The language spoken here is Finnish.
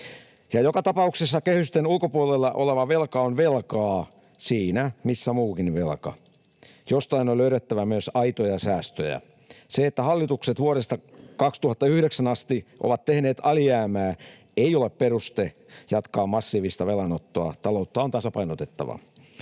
Joka tapauksessa kehysten ulkopuolella oleva velka on velkaa siinä, missä muukin velka. Jostain on löydettävä myös aitoja säästöjä. Se, että hallitukset vuodesta 2009 asti ovat tehneet alijäämää, ei ole peruste jatkaa massiivista velanottoa. Taloutta on tasapainotettava.